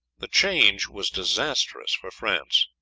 the change was disastrous for france.